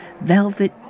velvet